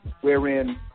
wherein –